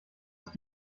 ist